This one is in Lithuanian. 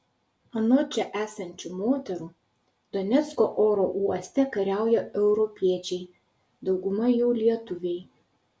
anot čia esančių moterų donecko oro uoste kariauja europiečiai dauguma jų lietuviai